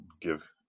give